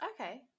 okay